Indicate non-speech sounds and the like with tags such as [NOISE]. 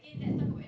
[BREATH]